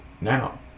now